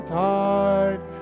tide